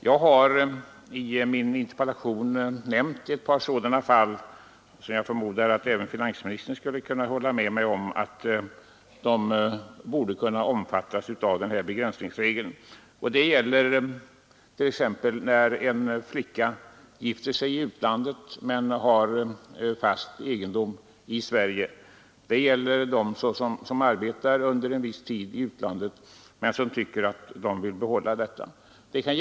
Jag har i min interpellation nämnt ett par sådana fall som — jag förmodar att även finansministern skulle kunna hålla med mig om det — borde kunna omfattas av begränsningsregeln. Det gäller t.ex. när en flicka gifter sig i utlandet men har fast egendom i Sverige, och det gäller dem som arbetar under en viss tid i utlandet men tycker att de vill behålla egendom här hemma.